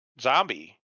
zombie